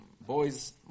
boys